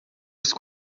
isso